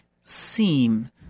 seem